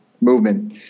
Movement